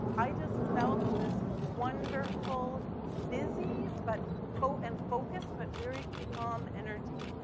i just felt this wonderful busy but fo and focused but very calm energy.